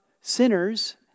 sinners